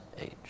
age